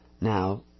Now